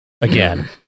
Again